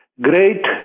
great